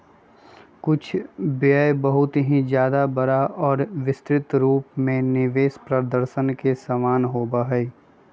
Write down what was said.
कुछ व्यय बहुत ही ज्यादा बड़ा और विस्तृत रूप में निवेश प्रदर्शन के समान होबा हई